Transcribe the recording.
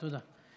תודה.